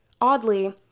Oddly